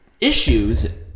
issues